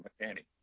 mechanic